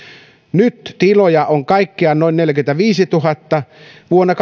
nyt tiloja on kaikkiaan noin neljäkymmentäviisituhatta vuonna